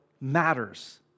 matters